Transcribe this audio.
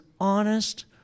honest